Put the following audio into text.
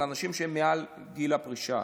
אנשים שהם מעל גיל הפרישה,